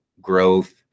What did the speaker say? growth